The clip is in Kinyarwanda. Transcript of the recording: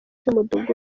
cy’umudugudu